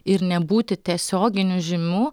ir nebūti tiesioginių žymių